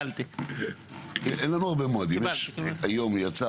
אין לנו הרבה מועדים, היום יצא